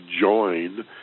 join